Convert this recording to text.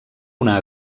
una